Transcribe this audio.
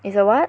is a what